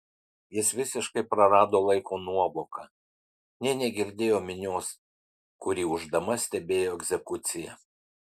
jis visiškai prarado laiko nuovoką nė negirdėjo minios kuri ūždama stebėjo egzekuciją